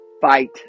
Fight